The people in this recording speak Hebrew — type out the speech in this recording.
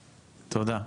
תודה.